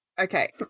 Okay